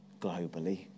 globally